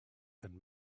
and